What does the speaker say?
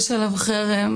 יש עליו חרם,